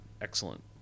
excellent